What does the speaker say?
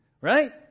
right